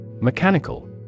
Mechanical